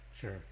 sure